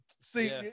See